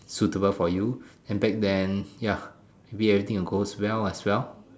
suitable for you then back then ya maybe everything will go well as well